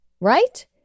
Right